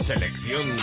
Selección